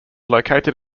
located